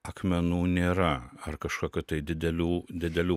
akmenų nėra ar kažkokio tai didelių didelių